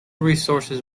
resources